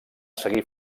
seguir